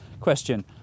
question